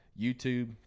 YouTube